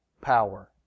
power